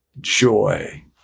Joy